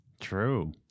True